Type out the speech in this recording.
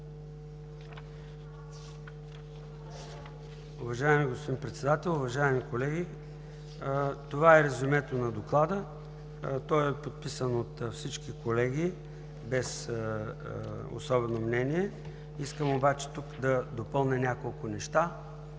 Уважаеми господин Председател, уважаеми колеги! Това е резюмето на Доклада. Той е подписан от всички колеги, без особено мнение. Искам обаче тук да допълня няколко неща.